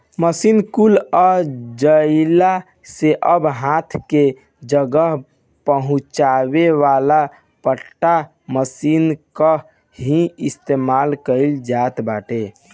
machine कुल आ जइला से अब हाथ कि जगह पहुंचावे वाला पट्टा मशीन कअ ही इस्तेमाल कइल जात बाटे